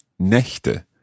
Nächte